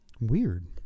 Weird